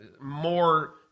more